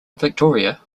victoria